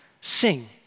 sing